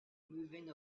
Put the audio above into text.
moving